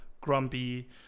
grumpy